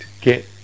get